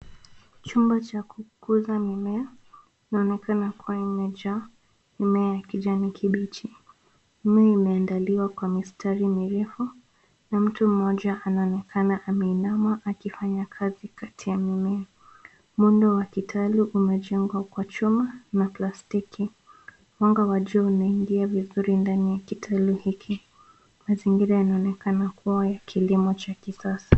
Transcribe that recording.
Chumba cha kukuza mimea inaonekana imejaa mimea ya kijani kibichi. Mimea imeandaliwa kwa mistari mirefi. Mtu mmoja anaonekana ameinama akifanya kazi kati ya mimea. Muundo wa kitalu umejengwa kwa chuma na plastiki. Mwanga wa jua unaingia vizuri ndani ya kitalu hiki. Mazingira yanaonekana kuwa ya kilimo cha kisasa.